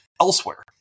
elsewhere